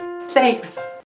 Thanks